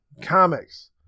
comics